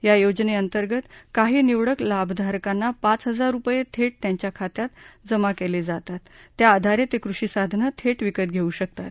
या योजनेअंतर्गत काही निवडक लाभधारकांना पाच हजार रुपये थेट त्यांच्या खात्यात जमा केले जातात त्याआधारे ते कृषी साधनं थेट विकत घेऊ शकतात